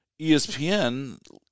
ESPN